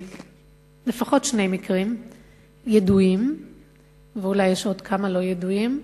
לפחות שני מקרים ידועים ואולי יש עוד כמה לא ידועים,